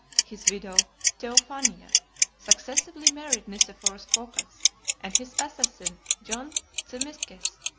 his widow theophania successively married nicephorus phocas and his assassin john zimisces,